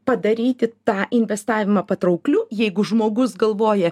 padaryti tą investavimą patraukliu jeigu žmogus galvoja